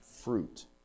Fruit